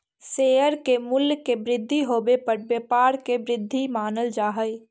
share के मूल्य के वृद्धि होवे पर व्यापार के वृद्धि मानल जा हइ